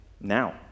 now